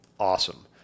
Awesome